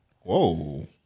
Whoa